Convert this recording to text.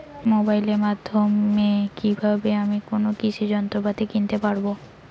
মোবাইলের মাধ্যমে কীভাবে আমি কোনো কৃষি যন্ত্রপাতি কিনতে পারবো?